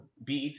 BET